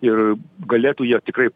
ir galėtų jie tikrai